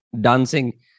dancing